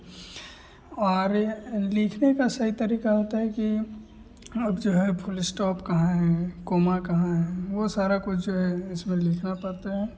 और लिखने का सही तरीका होता है कि अब जो है फुल स्टॉप कहाँ है कॉमा कहाँ है वह सारा कुछ जो है इसमें लिखना पड़ता है